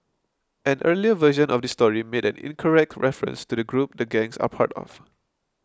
an earlier version of this story made an incorrect reference to the group the gangs are part of